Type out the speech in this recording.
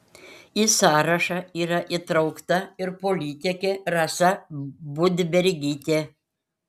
į sąrašą yra įtraukta ir politikė rasa budbergytė